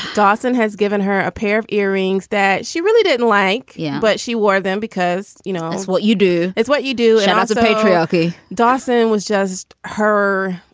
dawson has given her a pair of earrings that she really didn't like. yeah, but she wore them because, you know, what you do is what you do. and that's a patriarchy. dawson was just her.